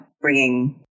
bringing